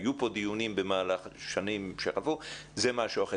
היו פה דיונים במהלך השנים שעברו, זה משהו אחר.